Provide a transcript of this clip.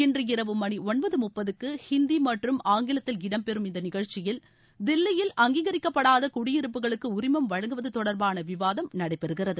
இன்று இரவு மணி ஒன்பது முப்பதுக்கு ஹிந்தி மற்றும் ஆங்கிலத்தில் இடம்பெறும் இந்த நிகழ்ச்சியில் தில்லியில் அங்கீகரிக்கப்படாத குடியிருப்புகளுக்கு உரிமம் வழங்குவது தொடர்பான விவாதம் நடைபெறுகிறது